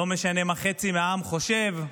לא משנה מה חצי מהעם חושב,